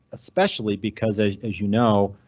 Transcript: especially because as as you know,